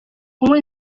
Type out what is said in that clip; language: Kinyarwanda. kunywa